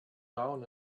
down